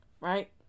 Right